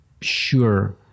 sure